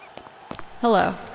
Hello